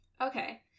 Okay